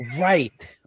Right